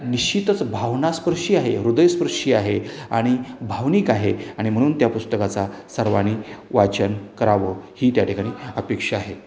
निश्चितच भावना स्पर्शी आहे हृदयस्पर्शी आहे आणि भावनिक आहे आणि म्हणून त्या पुस्तकाचा सर्वानी वाचन करावं ही त्या ठिकाणी अपेक्षा आहे